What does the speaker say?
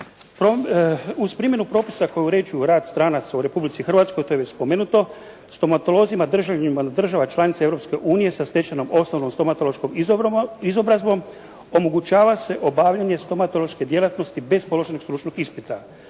Uz primjenu propisa koje uređuju rad stranaca u Republici Hrvatskoj, to je već spomenuto, stomatolozima državljanima država članica Europske unije sa stečenom osnovnom stomatološkom izobrazbom omogućava se obavljanje stomatološke djelatnosti bez položenog stručnog ispita.